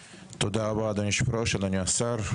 תודה רבה, אדוני יושב הראש, אדוני השר.